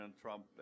Trump